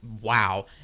Wow